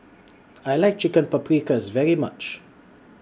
I like Chicken Paprikas very much